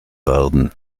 werden